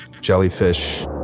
jellyfish